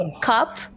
cup